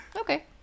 Okay